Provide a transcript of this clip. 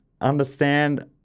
understand